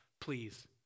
please